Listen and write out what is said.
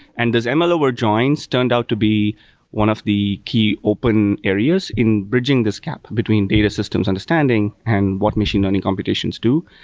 and as and ml over joins turned out to be one of the key open areas in bridging this gap between data systems understanding and what machine learning computations do,